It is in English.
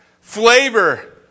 flavor